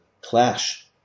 clash